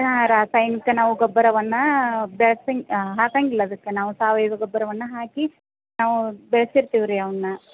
ಹಾಂ ರಾಸಾಯನಿಕ ನಾವು ಗೊಬ್ಬರವನ್ನು ಬೆರ್ಸಂಗ್ ಹಾಕೋಂಗಿಲ್ಲ ಅದಕ್ಕೆ ಸಾವಯವ ಗೊಬ್ಬರವನ್ನು ಹಾಕಿ ನಾವು ಬೆಳ್ಸಿರ್ತೀವಿ ರೀ ಅವುನ್ನ